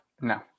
no